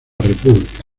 república